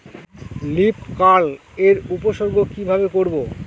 Leaf curl এর উপসর্গ কিভাবে করব?